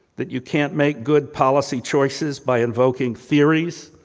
that you can't make good policy choices by invoking theories,